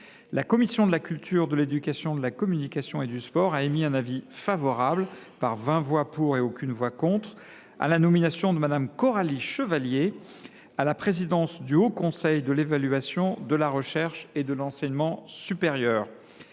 la commission de la culture, de l’éducation, de la communication et du sport a émis un avis favorable, par vingt voix pour et aucune voix contre, à la nomination de Mme Coralie Chevallier à la présidence du Haut Conseil de l’évaluation de la recherche et de l’enseignement supérieur.